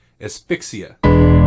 Asphyxia